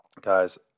guys